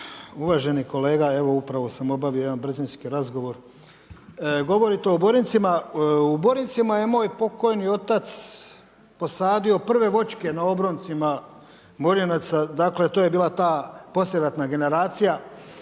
Uvaženi kolega evo upravo sam obavi jedan brzinski razgovor. Govorite o Borincima. U Borincima je moj pokojni otac posadi prve voćke na obroncima .../Govornik se ne razumije./.... Dakle, to je bila ta poslijeratna generacija